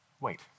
wait